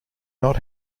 not